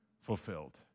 fulfilled